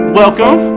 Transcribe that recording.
welcome